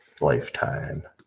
Lifetime